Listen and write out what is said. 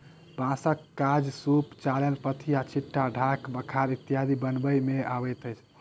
बाँसक काज सूप, चालैन, पथिया, छिट्टा, ढाक, बखार इत्यादि बनबय मे अबैत अछि